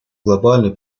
глобальной